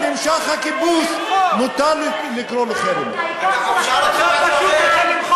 אני רוצה בביטול החוק,